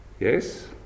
Yes